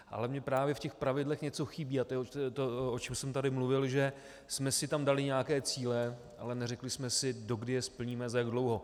Ale mně právě v těch pravidlech něco chybí a to je to, o čem jsem tady mluvil že jsme si tam dali nějaké cíle, ale neřekli jsme si, dokdy je splníme, za jak dlouho.